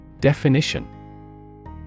Definition